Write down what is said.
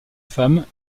femme